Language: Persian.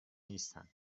نیستند